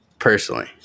Personally